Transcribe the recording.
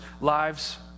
lives